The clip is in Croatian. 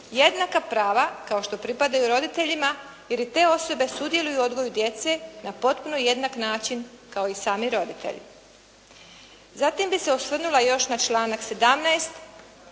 jednaka prava kao što pripadaju roditeljima, jer i te osobe sudjeluju u odgoju djece na potpuno jednak način, kao i sami roditelj. Zatim bi se osvrnula još na članak 17.